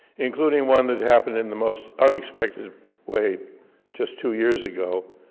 including one that happened in the most unexpected way just two years ago.